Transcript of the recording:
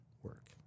work